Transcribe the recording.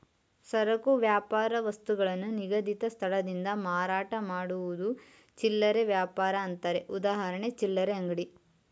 ಸರಕು ವ್ಯಾಪಾರ ವಸ್ತುಗಳನ್ನು ನಿಗದಿತ ಸ್ಥಳದಿಂದ ಮಾರಾಟ ಮಾಡುವುದು ಚಿಲ್ಲರೆ ವ್ಯಾಪಾರ ಅಂತಾರೆ ಉದಾಹರಣೆ ಚಿಲ್ಲರೆ ಅಂಗಡಿ